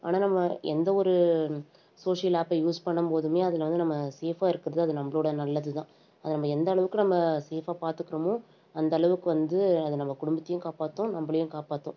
ஆனால் நம்ம எந்த ஒரு சோஷியல் ஆப்பை யூஸ் பண்ணும்போதுமே அதில் வந்து நம்ம சேஃபாக இருக்கிறது அது நம்மளோட நல்லது தான் அதை நம்ம எந்தளவுக்கு நம்ம சேஃபாக பாத்துக்கிறோமோ அந்தளவுக்கு வந்து அது நம்ம குடும்பத்தையும் காப்பாற்றும் நம்மளையும் காப்பாற்றும்